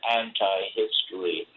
anti-history